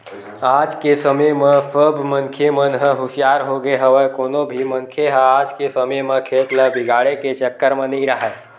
आज के समे म सब मनखे मन ह हुसियार होगे हवय कोनो भी मनखे ह आज के समे म खेत ल बिगाड़े के चक्कर म नइ राहय